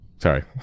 Sorry